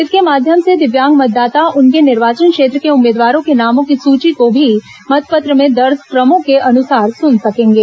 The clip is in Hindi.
इसके माध्यम से दिव्यांग मतदाता उनके निर्वाचन क्षेत्र के उम्मीदवारों के नामों की सूची को भी मतपत्र दर्ज क्रमों के अनुसार सुन सकेंगे